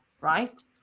right